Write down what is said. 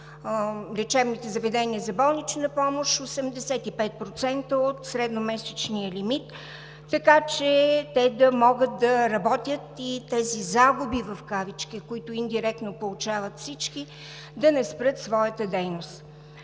лечебните заведения за болнична помощ да получат 85% от средномесечния лимит, така че да могат да работят и с тези загуби в кавички, които индиректно получават всички, да не спрат своята дейност.